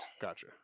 Gotcha